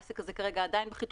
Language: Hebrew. העסק הזה כרגע בחיתולים.